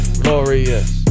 glorious